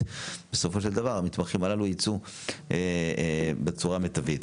בסופו של דבר המתמחים הללו יצאו בצורה מיטבית.